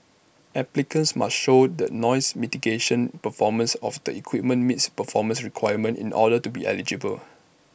applicants must show the nose mitigating performance of the equipment meets performance requirements in order to be eligible